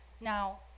Now